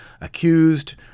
Accused